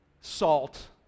salt